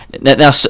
Now